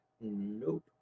nope